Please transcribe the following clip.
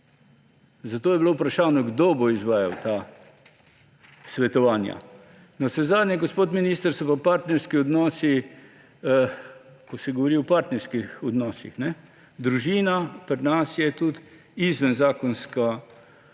Zato je bilo vprašanje: Kdo bo izvajal ta svetovanja? Navsezadnje, gospod minister, ko se govori o partnerskih odnosih, družina pri nas je tudi izvenzakonska